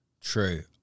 True